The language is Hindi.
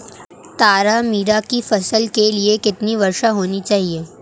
तारामीरा की फसल के लिए कितनी वर्षा होनी चाहिए?